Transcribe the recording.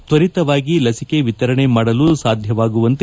ತ್ವರಿತವಾಗಿ ಲಸಿಕೆ ವಿತರಣೆ ಮಾಡಲು ಸಾಧ್ಯವಾಗುವಂತೆ